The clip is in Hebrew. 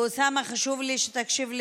אוסאמה, חשוב לי שתקשיב לזה: